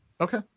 Okay